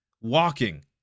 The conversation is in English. walking